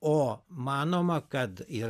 o manoma kad ir